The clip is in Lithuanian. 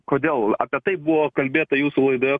kodėl apie tai buvo kalbėta jūsų laidoje